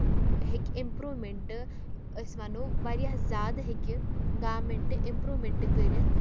ہیٚکہِ امپروٗمینٹ أسۍ وَنو واریاہ زیادٕ ہیٚکہِ گورمینٹ اِمپروٗمینٹ کٔرِتھ